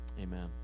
amen